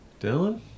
Dylan